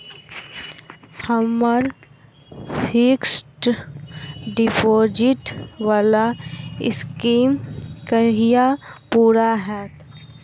हम्मर fixed deposit वला scheme कहिया पूरा हैत?